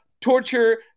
torture